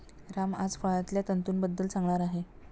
राम आज फळांतल्या तंतूंबद्दल सांगणार आहे